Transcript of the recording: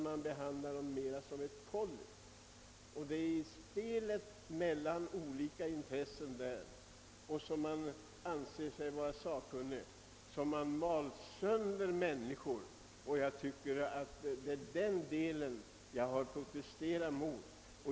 Man behandlar den sjuke mer som ett kolli än som människa. I spelet mellan olika intressen mal de som anser sig vara sakkunniga sönder människor. Mot detta har jag protesterat.